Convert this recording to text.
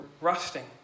rusting